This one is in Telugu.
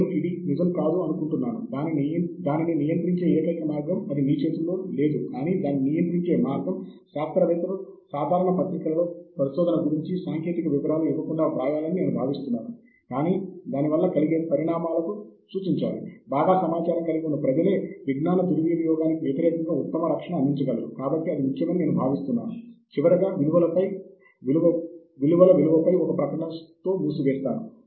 నేను ఇక్కడ జాబితా చేసిన వాటిలో సభ్యత్వము ద్వారా పొందేవి కూడా చాలా ఉన్నాయి